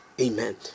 Amen